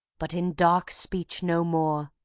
but in dark speech no more.